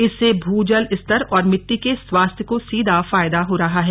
इससे भू जल स्तर और मिट्टी के स्वास्थ्य को सीधा फायदा हो रहा है